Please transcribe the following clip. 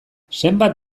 zenbat